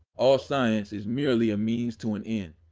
all science is merely a means to an end.